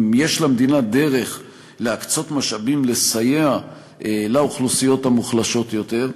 אם יש למדינה דרך להקצות משאבים לסייע לאוכלוסיות המוחלשות יותר,